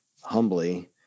humbly